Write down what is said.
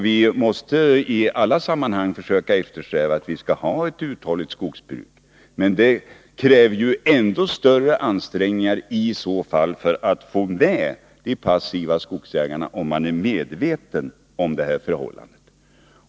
Vi måste i alla sammanhang försöka sträva efter ett uthålligt skogsbruk, men det kräver i så fall ännu större ansträngningar för att få med de passiva skogsägarna. Man måste vara medveten om detta förhållande.